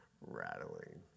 rattling